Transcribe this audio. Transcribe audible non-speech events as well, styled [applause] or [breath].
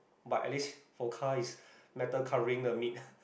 but at least for car is metal covering the meat [breath]